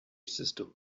system